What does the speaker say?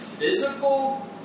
physical